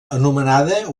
anomenada